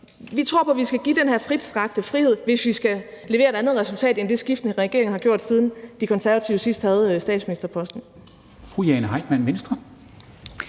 vi tror på, at man skal give den her vidtstrakte frihed, hvis man skal levere et andet resultat end det, som skiftende regeringer har gjort, siden De Konservative sidst havde statsministerposten.